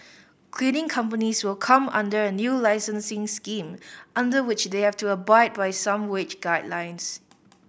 cleaning companies will come under a new licensing scheme under which they have to abide by some wage guidelines